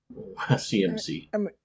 CMC